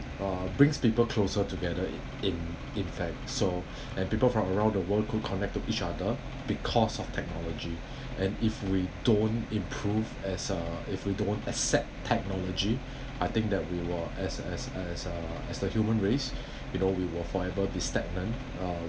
uh brings people closer together in in fact so and people from around the world could connect to each other because of technology and if we don't improve as uh if we don't accept technology I think that we were as as as uh as a human race you know we will forever be stagnant